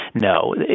no